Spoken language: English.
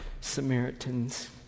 Samaritans